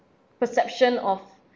perception of